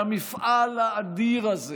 והמפעל האדיר הזה